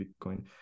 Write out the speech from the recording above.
bitcoin